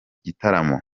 gitaramo